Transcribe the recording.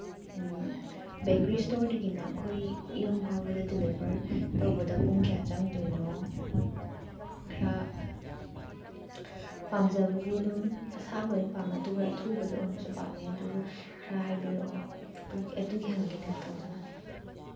bakery ꯏꯁꯇꯣꯔꯗꯒꯤꯅ ꯑꯩꯈꯣꯏ ꯌꯨꯝ ꯐꯥꯎꯕꯗ ꯗꯤꯂꯤꯚꯔ ꯇꯧꯕꯗ ꯄꯨꯡ ꯀꯌꯥ ꯆꯪꯗꯣꯏꯅꯣ ꯈꯔ ꯄꯥꯝꯖꯕꯗꯤ ꯑꯗꯨꯝ ꯑꯁꯥꯕ ꯑꯣꯏꯅ ꯄꯥꯝꯃꯦ ꯑꯗꯨꯒ ꯑꯊꯨꯕꯗ ꯑꯣꯏꯅꯁꯨ ꯄꯥꯝꯃꯦ ꯑꯗꯨꯕꯨ ꯈꯔ ꯍꯥꯏꯕꯤꯔꯛꯑꯣ ꯑꯗꯨꯒꯤ ꯑꯗꯨꯒꯤ ꯍꯪꯒꯦꯅ ꯇꯧꯖꯕꯅꯦ